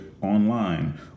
online